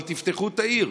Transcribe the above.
אבל תפתחו את העיר.